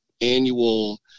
annual